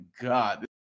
God